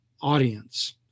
audience